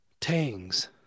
Tangs